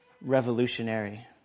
revolutionary